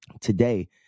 Today